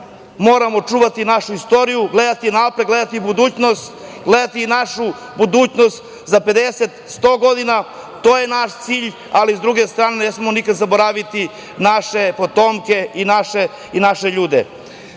moramo čuvati našu istoriju, gledati napred, gledati budućnost, našu budućnost za 50, 100 godina. To je naš cilj. Ali, sa druge strane, ne smemo nikad zaboraviti naše potomke i naše ljude. Što